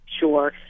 Sure